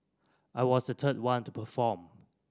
I was the third one to perform